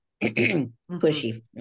pushy